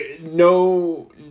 No